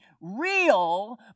real